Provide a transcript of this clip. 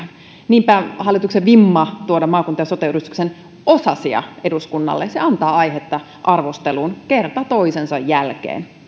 niinpä hallituksen vimma tuoda maakunta ja sote uudistuksen osasia eduskunnalle antaa aihetta arvosteluun kerta toisensa jälkeen